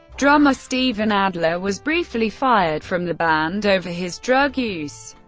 drummer steven adler was briefly fired from the band over his drug use,